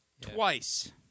Twice